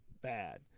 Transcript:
bad